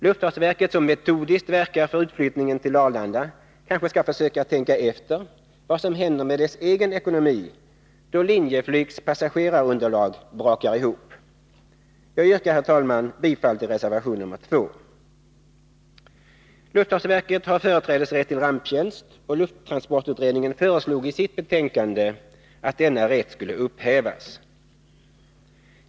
Luftfartsverket, som metodiskt verkar för utflyttningen till Arlanda, kanske skall försöka tänka efter vad som händer med dess egen ekonomi då Linjeflygs passagerarunderlag brakar ihop. Jag yrkar, herr talman, bifall till reservation nr 2. Luftfartsverket har företrädesrätt till ramptjänst, och lufttransportutredningen föreslog i sitt betänkande att denna rätt skulle upphävas.